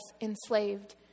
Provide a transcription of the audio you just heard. enslaved